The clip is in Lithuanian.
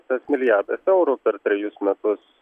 tas milijardas eurų per trejus metus